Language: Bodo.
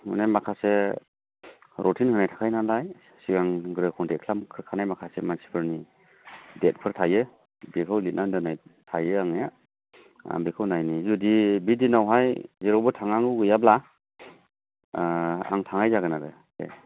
माने माखासे रुटिन होनाय थाखायो नालाय सिगांग्रो कनटेक्ट खालामहरखानाय माखासे मानसिफोरनि देटफोर थायो बेवहाय लिरना दोननाय थायो आंनिया आं बेखौ नायनि जुदि बे दिनावहाय जेरावबो थांनांगौ गैयाब्ला आं थांनाय जागोन आरो दे